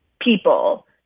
people